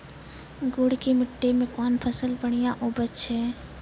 गुड़ की मिट्टी मैं कौन फसल बढ़िया उपज छ?